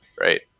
right